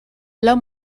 lau